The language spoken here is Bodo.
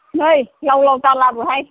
नै लावलाव दा लाबोहाय